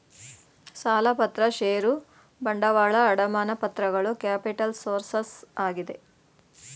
ಸಾಲಪತ್ರ ಷೇರು ಬಂಡವಾಳ, ಅಡಮಾನ ಪತ್ರಗಳು ಕ್ಯಾಪಿಟಲ್ಸ್ ಸೋರ್ಸಸ್ ಆಗಿದೆ